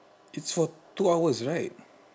it's for two hours right